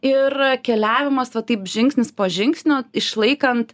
ir keliavimas va taip žingsnis po žingsnio išlaikant